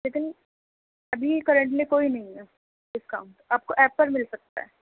لیکن ابھی کرنٹلی کوئی نہیں ہے ڈسکاؤنٹ آپ کو ایپ پر مل سکتا ہے